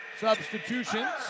Substitutions